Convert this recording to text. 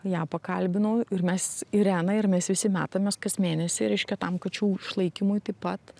ją pakalbinau ir mes irena ir mes visi metamės kas mėnesį reiškia tam kačių išlaikymui taip pat